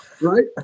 Right